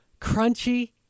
Crunchy